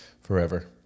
Forever